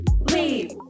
leave